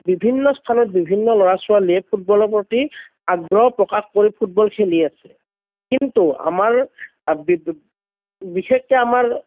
বিভিন্ন স্থলৰ বিভিন্ন ল'ৰা ছোৱালীয়ে ফুটবলৰ প্ৰতি আগ্ৰহ প্ৰকাশ কৰি ফুটবল খেলি আছে কিন্তু আমাৰ বিশেষকৈ আমাৰ